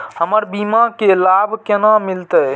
हमर बीमा के लाभ केना मिलते?